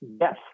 yes